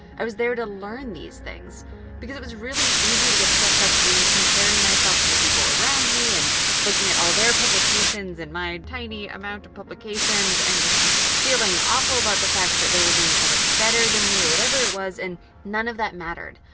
i was there to learn these things because it was really easy to get swept up in comparing myself to the people around me and looking at all their publications and my tiny amount of publications and just feeling awful about the fact that they were doing so much better than me or whatever it was. and none of that mattered.